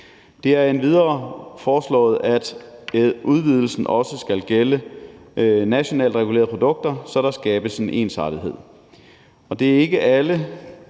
Det er endvidere foreslået, at udvidelsen også skal gælde nationalt regulerede produkter, så der skabes en ensartethed.